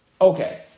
Okay